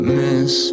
miss